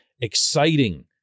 exciting